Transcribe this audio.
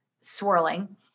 swirling